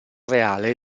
reale